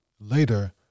Later